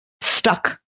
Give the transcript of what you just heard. stuck